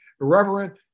irreverent